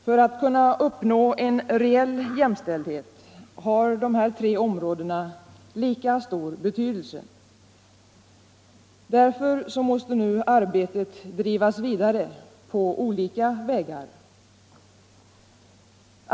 För att kunna uppnå en reell jämställdhet har dessa tre områden lika stor betydelse. Därför måste nu arbetet drivas vidare på olika vägar.